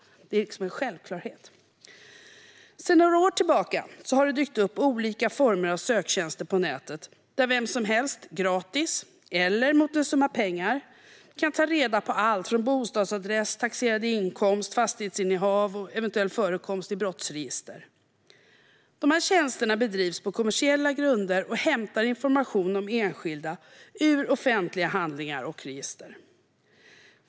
Det är en självklarhet. Sedan några år tillbaka har det dykt upp olika former av söktjänster på nätet, där vem som helst gratis, eller mot en summa pengar, kan ta reda på allt från bostadsadress, taxerad inkomst, fastighetsinnehav till eventuell förekomst i brottsregister. Dessa tjänster bedrivs på kommersiella grunder och hämtar information om enskilda ur offentliga handlingar och register.